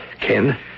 Ken